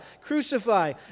Crucify